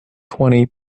twenty